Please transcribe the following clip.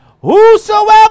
Whosoever